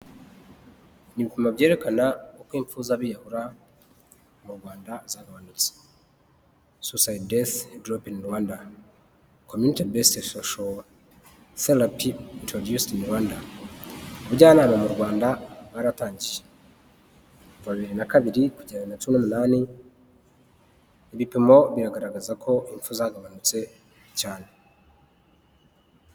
Ni ibipimo byerekana uko ipfu z'abiyahura mu Rwanda zagabanutse, Suicide Deaths Drop in Rwanda. Community-based sociatherapy introduced in Rwanda, abajyanama mu Rwanda baratangiye. Kuva bibiri na kabiri kugera bibiri na cyumi n'umunani, ibipimo biragaragaza ko ipfu zagabanutse cyane.